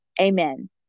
amen